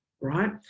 right